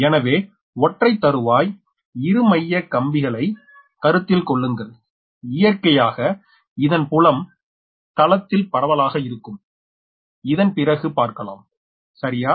எனவே ஒற்றைத் தறுவாய் இரும கம்பிகளை கருத்தில் கொள்ளுங்கள் இயற்கையாக இதன் புலன் தளத்தில் பரவலாக இருக்கும் இதன் பிறகு பார்க்கலாம் சரியா